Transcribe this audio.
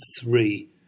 three